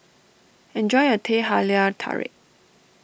enjoy your Teh Halia Tarik